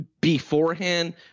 beforehand